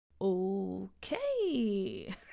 Okay